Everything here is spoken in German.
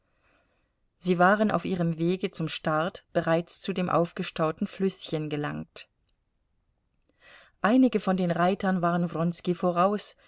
sie waren auf ihrem wege zum start bereits zu dem aufgestauten flüßchen gelangt einige von den reitern waren wronski voraus